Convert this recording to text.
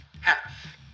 half